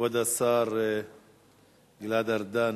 כבוד השר גלעד ארדן,